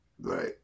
Right